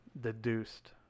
deduced